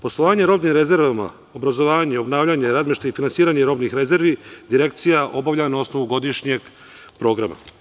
Poslovanje robnim rezervama, obrazovanje, obnavljanje, razmeštaj i finansiranje robnih rezervi Direkcija obavlja na osnovu godišnjem programa.